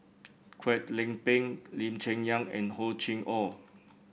Kwek Leng Beng Lee Cheng Yan and Hor Chim Or